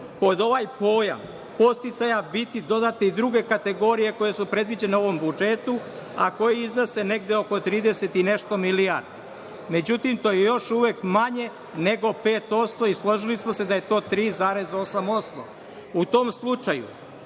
pod ovaj pojam „podsticaja“ biti dodate i druge kategorije koje su predviđene u ovom budžetu, a koje iznose negde oko 30 i nešto milijardi. Međutim, to je još uvek manje nego 5% i složili smo se da je to 3,8%.U